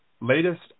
latest